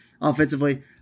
offensively